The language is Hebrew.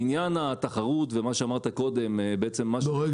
לעניין התחרות ומה שאמרת קודם --- רגע,